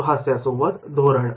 सुहास्यासोबत धोरण